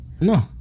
No